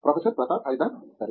professor Pratap Haridas సరే